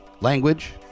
language